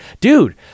Dude